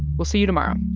we'll see you tomorrow